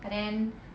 but then